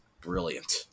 brilliant